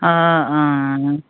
অঁ অঁ